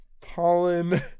Pollen